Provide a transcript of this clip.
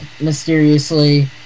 mysteriously